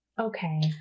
Okay